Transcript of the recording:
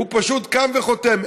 הוא פשוט קם וחותם.